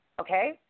okay